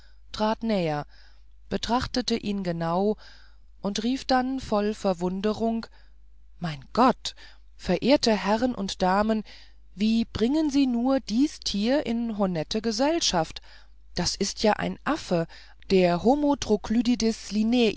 trat näher betrachtete ihn genau und rief dann voll verwunderung mein gott verehrte herren und damen wie bringen sie nur dies tier in honette gesellschaft das ist ja ein affe der homo